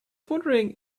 wondering